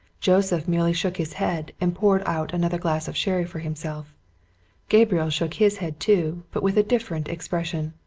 joseph merely shook his head, and poured out another glass of sherry for himself gabriel shook his head, too, but with a different expression.